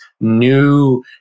new